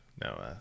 no